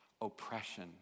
oppression